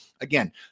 again